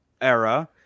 era